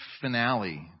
finale